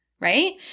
right